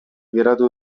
geratu